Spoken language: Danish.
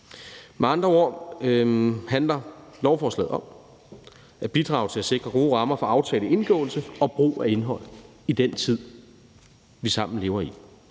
Med andre ord handler lovforslaget om at bidrage til at sikre gode rammer for aftaleindgåelse og brug af indhold i den tid, vi sammen lever i.